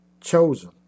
chosen